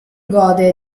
gode